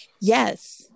Yes